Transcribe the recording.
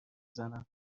زنم